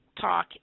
talk